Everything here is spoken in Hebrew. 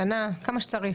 אז מה שהוא עוד שבוע,